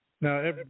Now